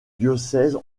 diocèse